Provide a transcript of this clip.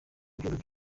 ibihembo